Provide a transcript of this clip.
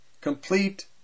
complete